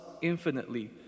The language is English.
infinitely